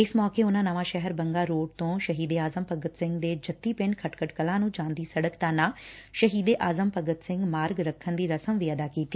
ਇਸ ਮੌਕੇ ਉਨਾਂ ਨਵਾਸ਼ਹਿਰ ਬੰਗਾ ਰੋਡ ਤੋ ਸ਼ਹੀਦ ਏ ਆਜ਼ਮ ਭਗਤ ਸਿੰਘ ਦੇ ਜੱਦੀ ਪਿੰਡ ਖਟਕੜ ਕਲਾਂ ਨੂੰ ਜਾਂਦੀ ਸੜਕ ਦਾ ਨਾਅ 'ਸ਼ਹੀਦ ਏ ਆਜ਼ਮ ਭਗਤ ਸਿੰਘ ਮਾਰਗ' ਰੱਖਣ ਦੀ ਰਸਮ ਵੀ ਅਦਾ ਕੀਤੀ